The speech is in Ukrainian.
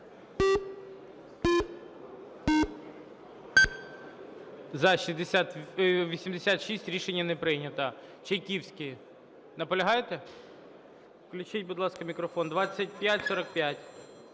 За-86 Рішення не прийнято. Чайківський, наполягаєте? Включіть, будь ласка, мікрофон. 2545.